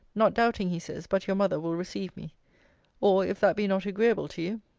not doubting, he says, but your mother will receive me or, if that be not agreeable to you,